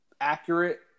accurate